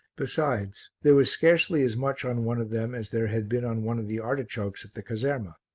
besides, there was scarcely as much on one of them as there had been on one of the artichokes at the caserma.